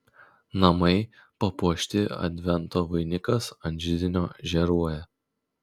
namai papuošti advento vainikas ant židinio žėruoja